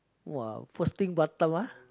!wah! first thing Batam ah